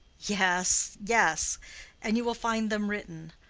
yes, yes and you will find them written.